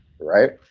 right